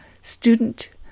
student